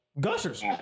Gushers